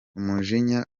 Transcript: umujinya